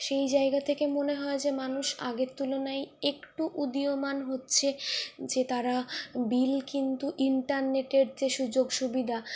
সেই জায়গা থেকে মনে হয় যে মানুষ আগের তুলনায় একটু উদীয়মান হচ্ছে যে তারা বিল কিন্তু ইন্টারনেটের যে সুযোগ সুবিধা